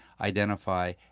identify